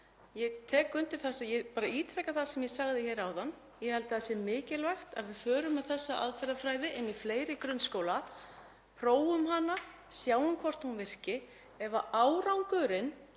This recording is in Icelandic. og míns flokks. Ég bara ítreka það sem ég sagði hér áðan, ég held að það sé mikilvægt að við förum með þessa aðferðafræði inn í fleiri grunnskóla, prófum hana, sjáum hvort hún virki. Ef við erum